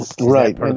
Right